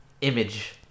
image